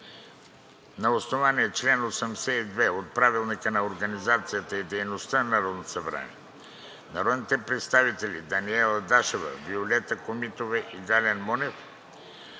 На основание чл. 82 от Правилника за организацията и дейността на Народното събрание народните представители Даниела Дашева, Виолета Комитова и Гален Монев